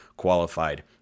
qualified